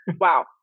Wow